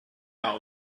out